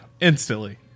Instantly